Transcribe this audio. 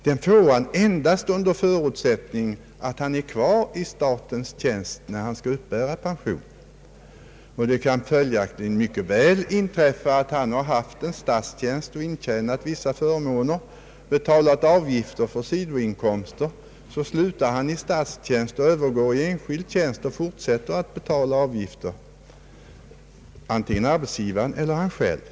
Den får han endast om han är kvar i statens tjänst när han skall uppbära pensionen. Det kan följaktligen mycket väl inträffa att en anställd som haft statlig tjänst och intjänat vissa förmåner och betalat vissa avgifter för sidoinkomster slutar sin tjänst och övergår i enskild tjänst och fortsätter att betala avgifter, om dessa nu betalas av arbetsgivaren eller av honom själv.